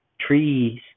trees